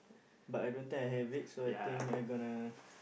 but I don't think I have it so I think I'm gonna